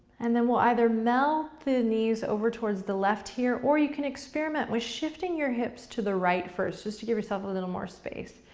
and then we'll either melt the knees over towards the left here, or you can experiment with shifting your hips to the right first, just to give yourself a little more space.